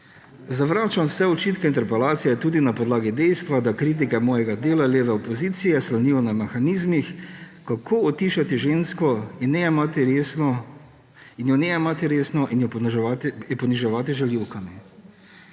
»Zavračam vse očitke interpelacije tudi na podlagi dejstva, da kritike mojega dela leve opozicije slonijo na mehanizmih, kako utišati žensko in je ne jemati resno in jo poniževati z žaljivkami.«